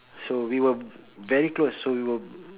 so we were very close so we were